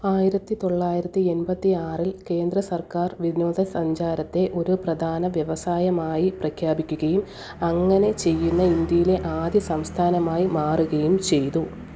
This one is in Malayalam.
ആയിരത്തി തൊള്ളായിരത്തി എൺപത്തിയാറിൽ കേന്ദ്ര സർക്കാർ വിനോദസഞ്ചാരത്തെ ഒരു പ്രധാന വ്യവസായമായി പ്രഖ്യാപിക്കുകയും അങ്ങനെ ചെയ്യുന്ന ഇന്ത്യയിലെ ആദ്യ സംസ്ഥാനമായി മാറുകയും ചെയ്തു